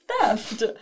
theft